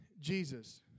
Jesus